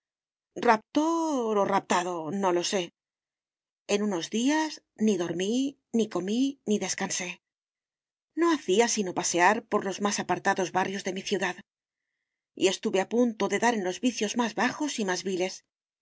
o raptado no lo sé en unos días ni dormí ni comí ni descansé no hacía sino pasear por los más apartados barrios de mi ciudad y estuve a punto de dar en los vicios más bajos y más viles